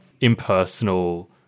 impersonal